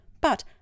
But